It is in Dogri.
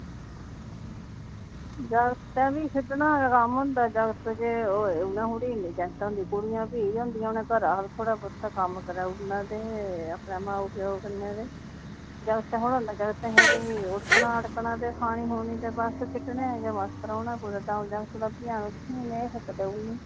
जागतै बी खेढने दा कम्म होंदा जागत ते होए उ'नें थोह्ड़े ना इन्नी चैंता होंदी कुड़ियें भी इ'यै होंदा उ'नें घरा दा थोह्ड़ा बोह्त कम्म कराई ओड़ना ते अपने माऊ प्यो कन्नै ते जागत थोह्ड़े ना जागत छड़ी उड़कना ते खानी खूनी ते बस खेढना गै मस्त रौह्ना कुदै दं'ऊ जागत लब्भी जान हून गै खिट्ट देई ओड़नी